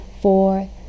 four